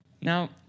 Now